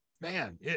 man